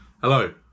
Hello